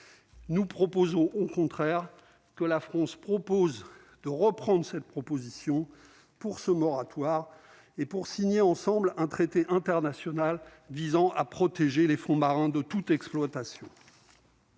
nous proposons au contraire que la France propose de reprendre cette proposition pour ce moratoire et pour signer ensemble un traité international visant à protéger les fonds marins de toute exploitation.